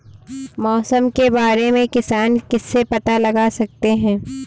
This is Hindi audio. मौसम के बारे में किसान किससे पता लगा सकते हैं?